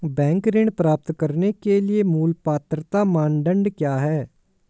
Bank ऋण प्राप्त करने के लिए मूल पात्रता मानदंड क्या हैं?